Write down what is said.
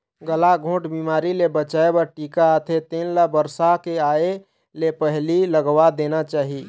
गलाघोंट बिमारी ले बचाए बर टीका आथे तेन ल बरसा के आए ले पहिली लगवा देना चाही